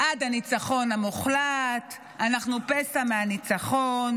"עד הניצחון המוחלט", "אנחנו פסע מהניצחון"